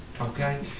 Okay